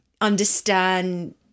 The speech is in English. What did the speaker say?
understand